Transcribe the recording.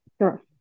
Sure